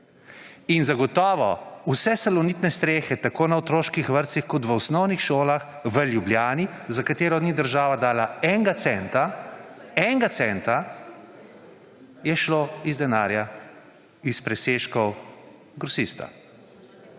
Zagotovo vse salonitne strehe tako na otroških vrtcih kot v osnovnih šolah v Ljubljani, za katere ni država dala enega centa, so bile financirane z denarjem iz presežkov LL Grosista.